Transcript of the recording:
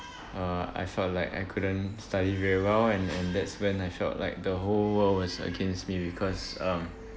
uh I felt like I couldn't study very well and and that's when I felt like the whole world was against me because um